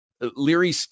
Leary